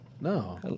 No